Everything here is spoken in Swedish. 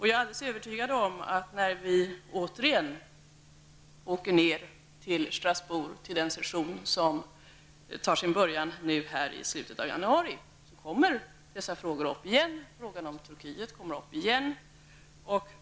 Jag är alldeles övertygad om att när vi återigen åker ner till Strasbourg, till den session som tar sin början i slutet av januari, kommer frågan om Turkiet att tas upp igen.